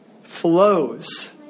flows